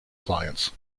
clients